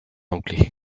anglais